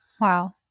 wow